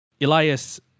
Elias